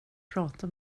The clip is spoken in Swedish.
prata